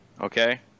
Okay